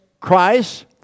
Christ